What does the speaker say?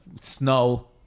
snow